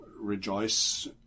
rejoice